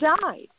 died